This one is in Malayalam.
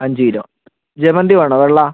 അഞ്ചു കിലോ ജമന്തി വേണോ വെള്ള